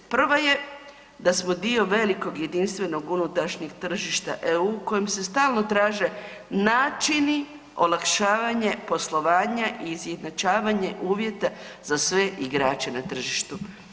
Prva je da smo dio velikog jedinstvenog unutarnjeg tržišta EU kojem se stalno traže načini olakšavanje poslovanja i izjednačavanje uvjeta za sve igrače na tržištu.